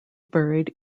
buried